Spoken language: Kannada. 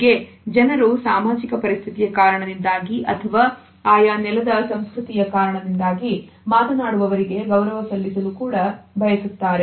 ಹೀಗೆ ಜನರು ಸಾಮಾಜಿಕ ಪರಿಸ್ಥಿತಿಯ ಕಾರಣದಿಂದಾಗಿ ಅಥವಾ ಆಯಾ ನೆಲದ ಸಂಸ್ಕೃತಿಯ ಕಾರಣದಿಂದಾಗಿ ಮಾತನಾಡುವವರಿಗೆ ಗೌರವ ಸಲ್ಲಿಸಲು ಕೂಡ ಬಯಸುತ್ತಾರೆ